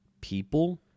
people